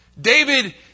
David